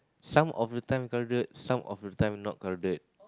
some of the time crowded some of the time not crowded